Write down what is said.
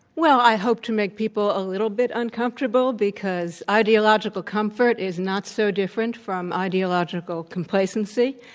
well, i hope to make people a little bit uncomfortable because ideological comfort is not so different from ideological complacency.